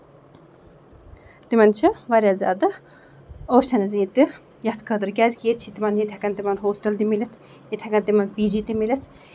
تِمن چھِ واریاہ زیادٕ اوپشَنٕز ییٚتہِ یَتھ خٲطرٕ کیازِ ییٚتہِ چھِ تِمن ییٚتہِ ہیٚکَن تِمن ہوسٹَل تہِ مِلِتھ ییٚتہِ ہیٚکَن تِمن پی جی تہِ مِلِتھ